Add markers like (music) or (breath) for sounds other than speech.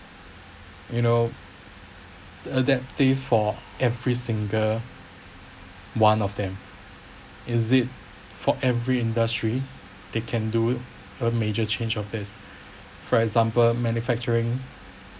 you know adaptive for every single one of them is it for every industry they can do a major change of this (breath) for example manufacturing